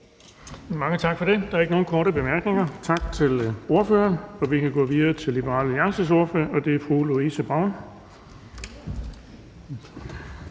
Mange tak for det. Der er ikke nogen korte bemærkninger. Tak til ordføreren. Vi kan gå videre til Danmarksdemokraternes ordfører, og det er fru Marlene